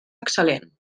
excel·lent